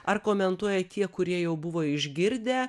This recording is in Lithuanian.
ar komentuoja tie kurie jau buvo išgirdę